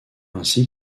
ainsi